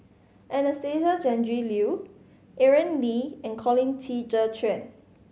Anastasia Tjendri Liew Aaron Lee and Colin Qi Zhe Quan